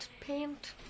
Paint